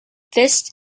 this